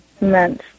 meant